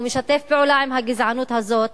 הוא משתף פעולה עם הגזענות הזאת,